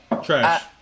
Trash